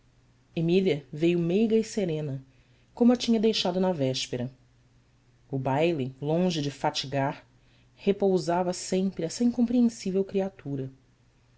emília veio meiga e serena como a tinha deixado na véspera o baile longe de fatigar repousava sempre essa incompreensível criatura